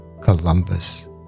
Columbus